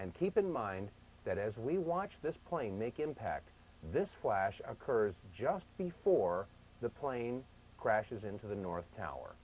and keep in mind that as we watch this plane make impact this flash occurs just before the plane crashes into the north tower